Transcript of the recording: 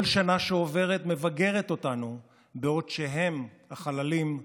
כל שנה שעוברת מבגרת אותנו בעוד הם, החללים,